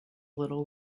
little